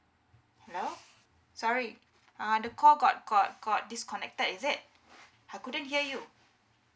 hello sorry uh the call got got got disconnected is it I couldn't hear you